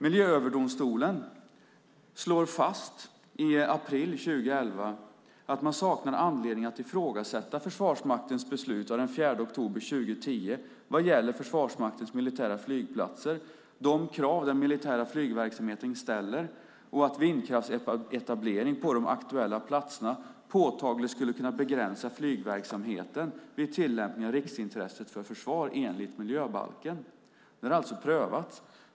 Miljööverdomstolen slog fast i april 2011 att man saknar anledning att ifrågasätta Försvarsmaktens beslut av den 4 oktober 2010 vad gäller Försvarsmaktens militära flygplatser, de krav den militära flygverksamheten ställer och att vindkraftsetablering på de aktuella platserna påtagligt skulle kunna begränsa flygverksamheten vid tillämpning av riksintresset för försvar enligt miljöbalken. Det här har alltså prövats.